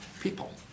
people